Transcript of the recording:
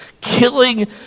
killing